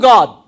God